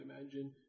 imagine